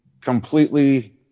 completely